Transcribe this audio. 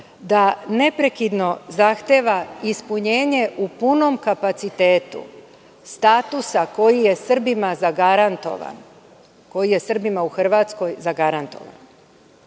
da neprekidno zahteva ispunjenje u punom kapacitetu statusa koji Srbima u Hrvatskoj zagarantovan. Saopštenjem